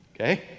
Okay